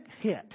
hit